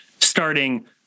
starting